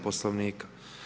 Poslovnika.